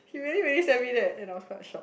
he really really send me that and I was quite shock